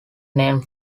named